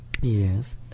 Yes